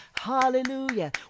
Hallelujah